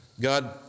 God